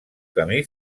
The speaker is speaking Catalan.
camí